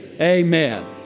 Amen